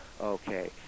Okay